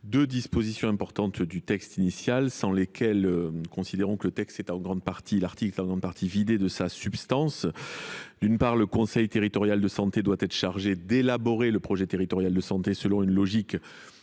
deux dispositions importantes du texte initial, sans lesquelles l’article 1 est en grande partie vidé de sa substance. D’une part, le conseil territorial de santé doit être chargé d’élaborer le projet territorial de santé selon une logique